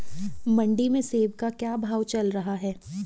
मंडी में सेब का क्या भाव चल रहा है?